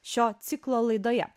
šio ciklo laidoje